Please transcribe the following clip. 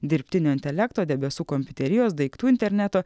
dirbtinio intelekto debesų kompiuterijos daiktų interneto